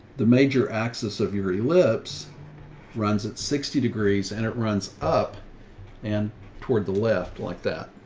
the major axis of your ellipse runs at sixty degrees. and it runs up and toward the left like that.